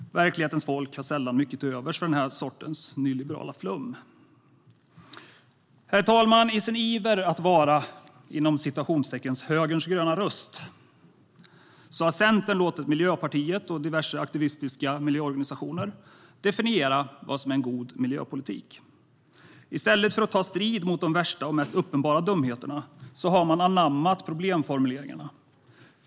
Verklighetens folk har sällan mycket till övers för denna sorts nyliberalt flum. Herr talman! I sin iver att vara "högerns gröna röst" har Centern låtit Miljöpartiet och diverse aktivistiska miljöorganisationer definiera vad som är en god miljöpolitik. I stället för att ta strid mot de värsta och mest uppenbara dumheterna har man anammat problemformuleringarna.